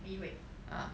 Li Hui